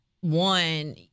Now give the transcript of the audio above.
one